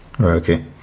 okay